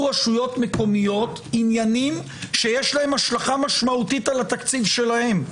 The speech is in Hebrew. רשויות מקומיות עניינים שיש להם השלכה משמעותית על התקציב שלהם.